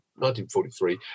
1943